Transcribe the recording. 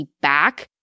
back